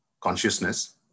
consciousness